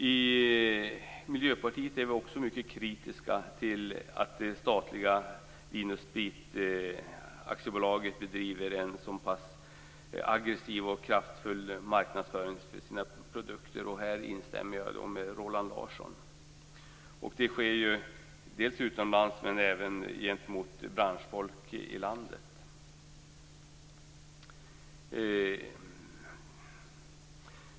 I Miljöpartiet är vi också mycket kritiska till att det statliga vin och spritaktiebolaget bedriver en så pass aggressiv och kraftfull marknadsföring för sina produkter. I detta instämmer jag med Roland Larsson. Detta sker ju dels utomlands, dels gentemot branschfolk inom landet.